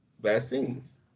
vaccines